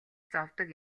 зовдог